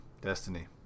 Destiny